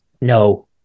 No